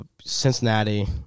Cincinnati